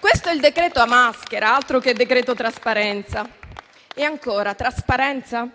Questo è il decreto maschera, altro che decreto trasparenza! Ancora, quale trasparenza?